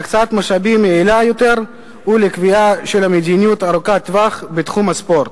להקצאת משאבים יעילה יותר ולקביעה של מדיניות ארוכת טווח בתחום הספורט.